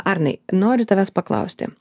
arnai noriu tavęs paklausti